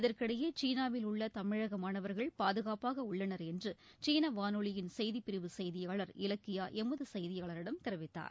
இதற்கிடையே சீனாவில் உள்ள தமிழக மாணவர்கள் பாதுகாப்பாக உள்ளனர் என்று சீன வானொலியின் செய்திப்பிரிவு செய்தியாளர் இலக்கியா எமது செய்தியாளரிடம் தெரிவித்தார்